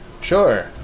Sure